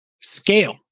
scale